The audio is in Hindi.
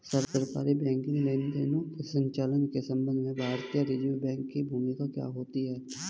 सरकारी बैंकिंग लेनदेनों के संचालन के संबंध में भारतीय रिज़र्व बैंक की भूमिका क्या होती है?